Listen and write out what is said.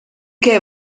che